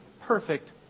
perfect